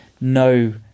no